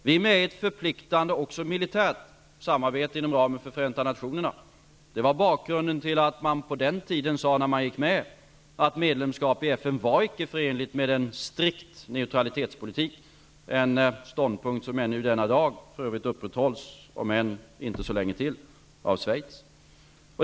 Vi är med i ett förpliktande samarbete -- också militärt -- inom ramen för Förenta nationerna. Det var bakgrunden till att man i samband med att man gick med i FN sade att medlemskap icke var förenligt med en strikt neutralitetspolitik. Det är för övrigt en ståndpunkt som ännu denna dag -- om än inte så länge till -- upprätthålls av Schweiz.